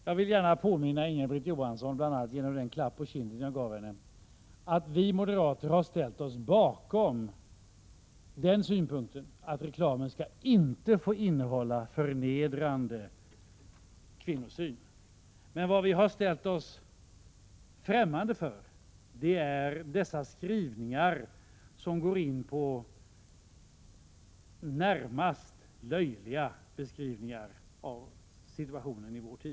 Herr talman! Jag vill gärna påminna Inga-Britt Johansson — bl.a. genom den klapp på kinden som jag nyss gav henne — om att också vi moderater menar att reklam inte skall få innehålla en förnedrande kvinnosyn. Däremot är vi alltså främmande för sådana skrivningar som närmast kan betecknas som löjliga beskrivningar av situationen i vår tid.